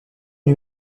lui